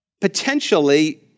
potentially